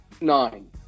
Nine